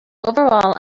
overall